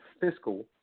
Fiscal